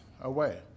away